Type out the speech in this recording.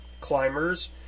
climbers